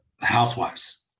housewives